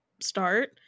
start